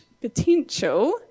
potential